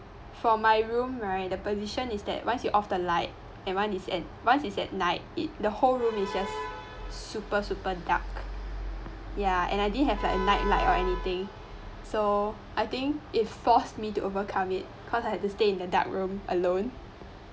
for my room right the position is that once you off the light and once is and once is at night it the whole room is just super super dark ya and I didn't have like nightlight or anything so I think it forced me to overcome it cause I had to stay in the dark room alone